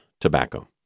tobacco